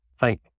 Thank